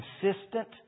consistent